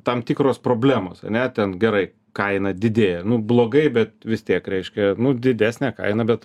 tam tikros problemos ane ten gerai kaina didėja nu blogai bet vis tiek reiškia nu didesnė kaina bet